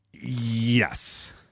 Yes